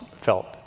felt